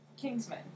Kingsman